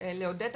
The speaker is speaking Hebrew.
ואני חושבת באמת,